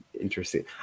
Interesting